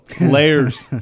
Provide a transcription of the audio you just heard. layers